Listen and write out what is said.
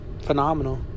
phenomenal